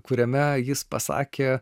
kuriame jis pasakė